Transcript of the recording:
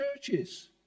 churches